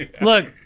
Look